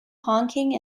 honking